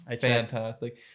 Fantastic